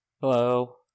Hello